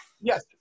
Yes